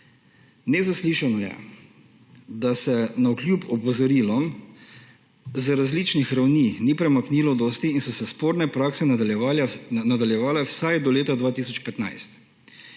Nezaslišano je, da se navkljub opozorilom z različnih ravni ni dosti premaknilo in so se sporne prakse nadaljevale vsaj do leta 2015.